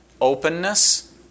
openness